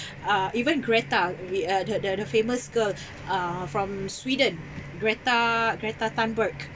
uh even greta the uh the the the famous girl uh from sweden greta greta thunberg